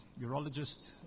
urologist